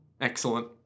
Excellent